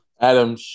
Adam